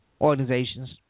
organizations